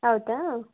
ಹೌದಾ